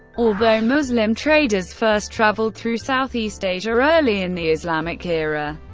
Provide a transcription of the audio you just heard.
although muslim traders first travelled through southeast asia early in the islamic era,